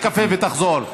תירגע, תצא, תשתה קפה ותחזור.